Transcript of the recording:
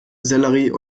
sellerie